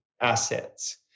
assets